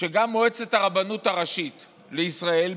שגם מועצת הרבנות הראשית לישראל,